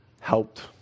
helped